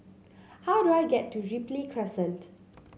how do I get to Ripley Crescent